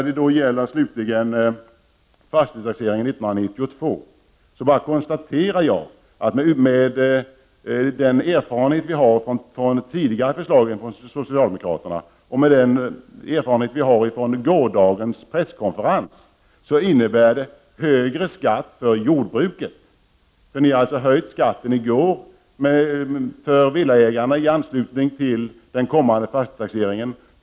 Vad så gäller fastighetstaxeringen 1992 konstaterar jag med erfarenhet av tidigare socialdemokratiska förslag och med kunskap om gårdagens presskonferens att det blir högre skatt för jordbruket. Genom gårdagens uppgörelse kommer skatten för villaägarna att höjas i och med den kommande fastighetstaxeringen.